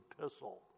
epistle